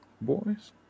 boys